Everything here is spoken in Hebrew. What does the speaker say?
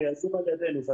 הוא יזום על ידינו.